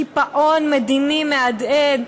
קיפאון מדיני מהדהד,